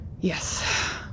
Yes